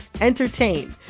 entertain